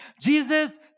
Jesus